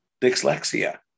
dyslexia